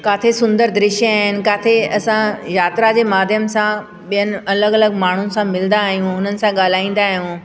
किथे सुंदर दृश्य आहिनि किथे असां यात्रा जे माध्यम सां ॿियनि अलॻि अलॻि माण्हुनि सां मिलंदा आहियूं उन्हनि सां ॻाल्हाईंदा आहियूं